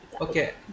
Okay